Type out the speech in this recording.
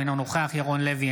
אינו נוכח ירון לוי,